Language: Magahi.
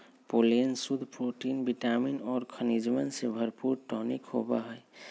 पोलेन शुद्ध प्रोटीन विटामिन और खनिजवन से भरपूर टॉनिक होबा हई